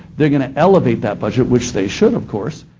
they're going to elevate that budget, which they should, of course,